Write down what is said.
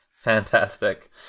Fantastic